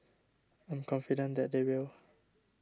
I'm confident that they will